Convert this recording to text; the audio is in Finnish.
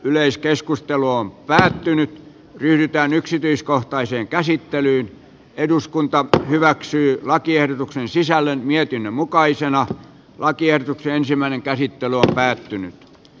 yleiskeskustelu on päättynyt yhtään yksityiskohtaiseen käsittelyyn eduskunta hyväksyi lakiehdotuksen sisällön mietinnön mukaisena lakiehdotuksen ensimmäinen käsittely on päättynyt